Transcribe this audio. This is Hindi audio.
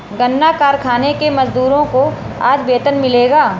गन्ना कारखाने के मजदूरों को आज वेतन मिलेगा